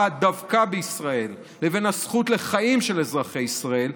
דווקא בישראל לבין הזכות לחיים של אזרחי ישראל,